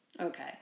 Okay